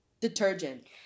Detergent